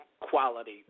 quality